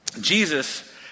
Jesus